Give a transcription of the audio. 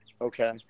Okay